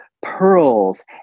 pearls